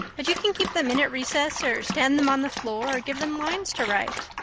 but you can keep them in at recess or stand them on the floor or give them lines to write.